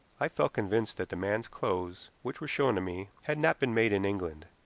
i felt convinced that the man's clothes, which were shown to me, had not been made in england.